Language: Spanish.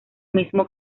mismo